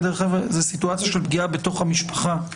זאת סיטואציה של פגיעה בתוך המשפחה.